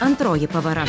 antroji pavara